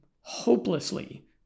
hopelessly